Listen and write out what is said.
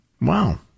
Wow